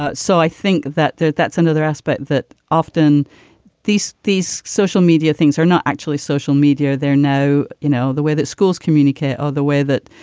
ah so i think that that's another aspect that often these these social media things are not actually social media. they're no, you know, the way that schools communicate or the way that,